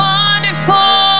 Wonderful